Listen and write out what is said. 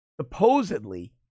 supposedly